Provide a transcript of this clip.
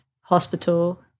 Hospital